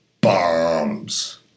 bombs